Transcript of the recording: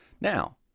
Now